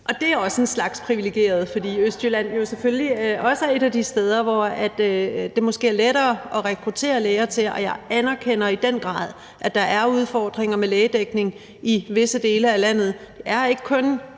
det er også at være en slags privilegeret, fordi Østjylland jo selvfølgelig også et af de steder, hvor det måske er lettere at rekruttere læger til. Og jeg anerkender i den grad, at der er udfordringer med lægedækning i visse dele af landet.